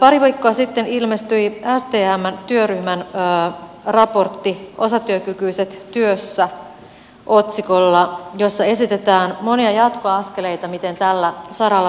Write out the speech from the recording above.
pari viikkoa sitten ilmestyi osatyökykyiset työssä otsikolla stmn työryhmän raportti jossa esitetään monia jatkoaskeleita miten tällä saralla voitaisiin edetä